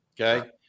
Okay